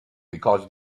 because